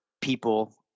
people